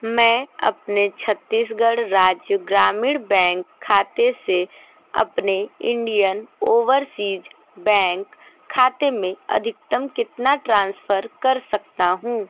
मैं अपने छत्तीसगढ़ राज्य ग्रामीण बैंक खाते से अपने इंडियन ओवरसीज़ बैंक खाते में अधिकतम कितना ट्रांसफ़र कर सकता हूँ